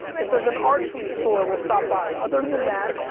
if there's an archery store, we'll stop by, other than that.